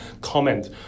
comment